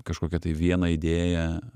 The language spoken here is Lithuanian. kažkokia tai viena idėja